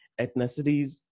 ethnicities